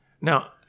Now